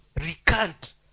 recant